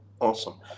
Awesome